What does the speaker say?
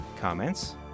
Comments